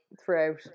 throughout